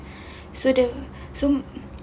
so dia so